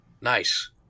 Nice